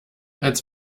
als